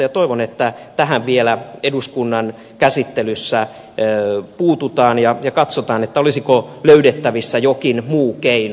ja toivon että tähän vielä eduskunnan käsittelyssä puututaan ja katsotaan olisiko löydettävissä jokin muu keino